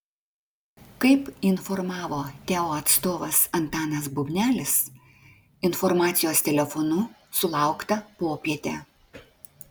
kaip informavo teo atstovas antanas bubnelis informacijos telefonu sulaukta popietę